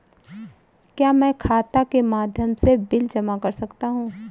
क्या मैं खाता के माध्यम से बिल जमा कर सकता हूँ?